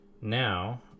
Now